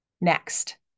Next